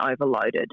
overloaded